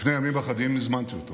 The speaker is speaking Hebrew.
לפני ימים אחדים הזמנתי אותו